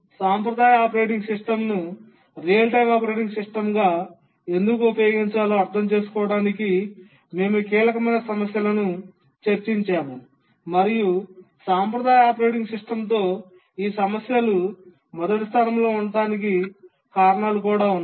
సాంప్రదాయ ఆపరేటింగ్ సిస్టమ్ను real time operating సిస్టమ్గా ఎందుకు ఉపయోగించలేదో అర్థం చేసుకోవడానికి మేము కీలకమైన సమస్యలను చర్చించాము మరియు సాంప్రదాయ ఆపరేటింగ్ సిస్టమ్తో ఈ సమస్యలు మొదటి స్థానంలో ఉండటానికి కారణాలు కూడా ఉన్నాయి